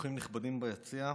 אורחים נכבדים ביציע,